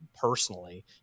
personally